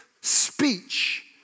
speech